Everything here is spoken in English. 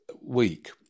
week